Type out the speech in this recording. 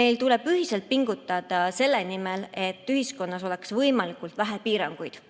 Meil tuleb ühiselt pingutada selle nimel, et ühiskonnas oleks võimalikult vähe piiranguid.